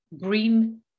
green